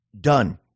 done